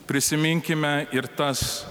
prisiminkime ir tas